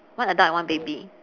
one adult and one baby